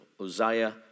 Uzziah